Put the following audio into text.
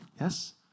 Yes